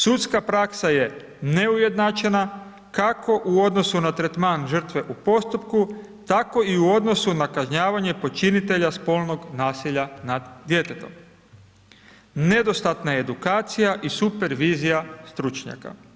Sudska praksa je neujednačena kako u odnosu na tretman žrtve u postupku tako i u odnosu na kažnjavanje počinitelja spolnog nasilja nad djetetom, nedostatna edukacija i super vizija stručnjaka.